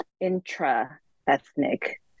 intra-ethnic